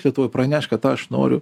lietuvoj pranešk kad aš noriu